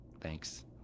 Thanks